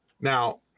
Now